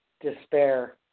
Despair